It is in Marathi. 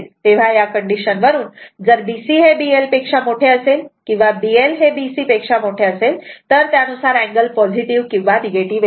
तेव्हा या कंडीशन वरून जर B C B L असेल किंवा B L B C असेल तर त्यानुसार अँगल पॉझिटिव किंवा निगेटिव्ह येईल